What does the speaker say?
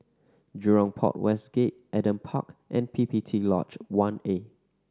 Jurong Port West Gate Adam Park and P P T Lodge One A